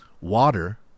water